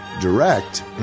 direct